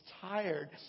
tired